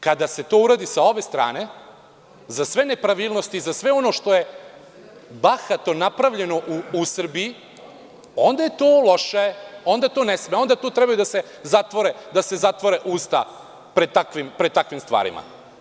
Kada se to uradi sa ove strane, za sve nepravilnosti i za sve ono što je bahato napravljeno u Srbiji, onda je to loše, onda to ne sme, onda tu treba da se zatvore usta pred takvim stvarima.